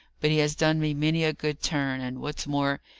but he has done me many a good turn and, what's more,